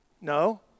No